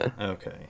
Okay